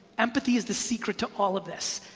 empathy is the secret to all of this.